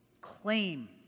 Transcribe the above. Claim